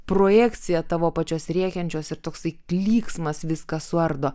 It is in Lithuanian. projekcija tavo pačios rėkiančios ir toksai klyksmas viską suardo